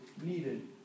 needed